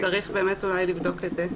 אולי צריך לבדוק את זה.